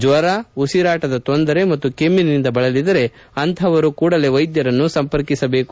ಜ್ವರ ಉಸಿರಾಟದ ತೊಂದರೆ ಮತ್ತು ಕೆಮ್ಮಿನಿಂದ ಬಳಲಿದರೆ ಅಂತಪವರು ಕೂಡಲೇ ವೈದ್ಯರನ್ನು ಸಂಪರ್ಕಿಸಬೇಕು